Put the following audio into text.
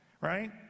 Right